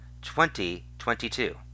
2022